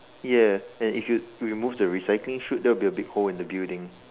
ya and if you remove the recycling chute there will be a big hole in the building